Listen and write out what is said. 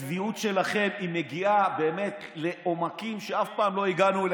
הצביעות שלכם מגיעה באמת לעומקים שאף פעם לא הגענו,